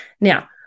Now